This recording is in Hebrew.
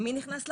מי נכנס לחוק.